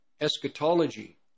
eschatology